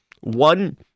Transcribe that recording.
one